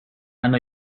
and